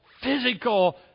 physical